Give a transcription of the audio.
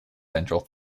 central